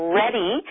ready